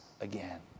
again